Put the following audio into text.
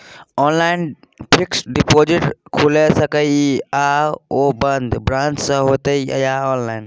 Online fixed deposit खुईल सके इ आ ओ बन्द ब्रांच स होतै या ऑनलाइन?